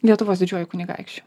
lietuvos didžiuoju kunigaikščiu